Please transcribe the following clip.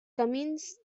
camins